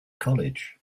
college